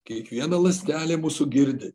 kiekviena ląstelė mūsų girdi